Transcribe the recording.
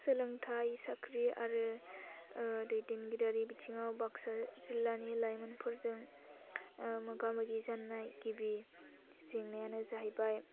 सोलोंथाइ साख्रि आरो दैदेनगिरियारि बिथिङाव बाक्सा जिल्लानि लायमोनफोरजों मोगा मोगि जानाय गिबि जेंनायानो जाहैबाय